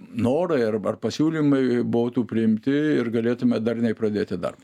norai arba ar pasiūlymai būtų priimti ir galėtume darniai pradėti darbą